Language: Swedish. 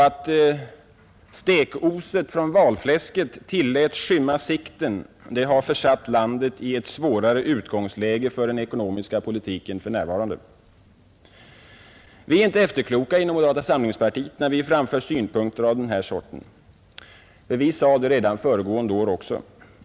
Att stekoset från valfläsket tilläts skymma sikten har försatt landet i ett svårare utgångsläge för den ekonomiska politiken för närvarande. Vi är inte efterkloka inom moderata samlingspartiet när vi framför synpunkter av denna sort. Vi sade det nämligen redan föregående år.